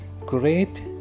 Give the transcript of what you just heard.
great